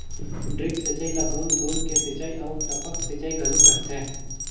drip सिंचई ल बूंद बूंद के सिंचई आऊ टपक सिंचई घलो कहथे